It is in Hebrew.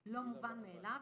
לא מובן מאליו.